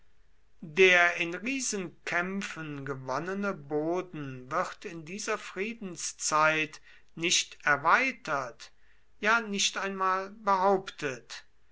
der in riesenkämpfen gewonnene boden wird in dieser friedenszeit nicht erweitert ja nicht einmal behauptet